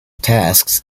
tasks